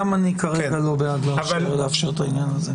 גם אני כרגע לא בעד לאפשר את העניין הזה.